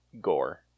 Gore